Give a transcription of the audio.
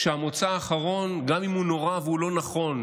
שהמוצא האחרון, גם אם הוא נורא והוא לא נכון,